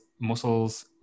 muscles